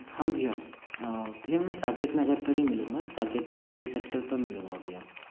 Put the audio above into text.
हाँ भैया भैया मैं साकेत नगर पर ही मिलूँगा साकेत नगर सी सेक्टर पर मिलूँगा भैया